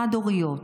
חד-הוריות.